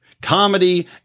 Comedy